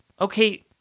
Okay